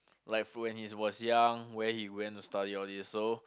like from when he was young where he went to study all these so